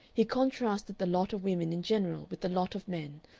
he contrasted the lot of women in general with the lot of men,